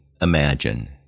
imagine